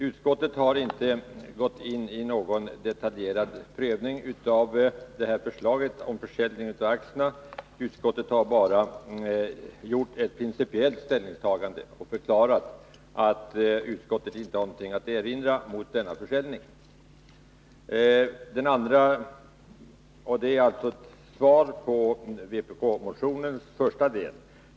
Utskottet har inte gått in i någon detaljerad prövning av förslaget om försäljning av aktierna. Utskottet har bara gjort ett principiellt ställningstagande och förklarat att utskottet inte har något att erinra mot denna försäljning. Det är alltså svar på vpk-motionens första del.